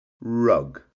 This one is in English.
rug